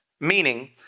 meaning